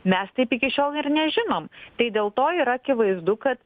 mes taip iki šiol ir nežinom tai dėl to yra akivaizdu ka